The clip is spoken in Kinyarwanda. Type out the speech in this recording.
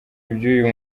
iby’uyu